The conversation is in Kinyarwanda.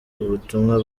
ubutumwa